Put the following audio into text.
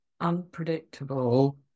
unpredictable